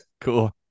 Cool